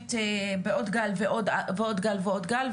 מתקדמת בעוד גל ועוד גל ועוד גל.